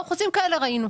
גם חוזים כאלה ראינו,